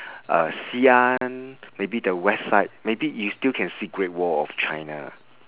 uh xi'an maybe the west side maybe you still can see great wall of china